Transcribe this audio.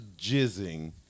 jizzing